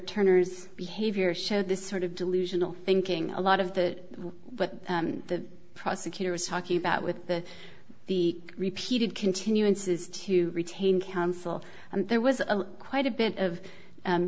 turner's behavior showed this sort of delusional thinking a lot of that what the prosecutor was talking about with the the repeated continuances to retain counsel and there was a quite a bit of